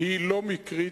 אינה מקרית.